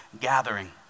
gathering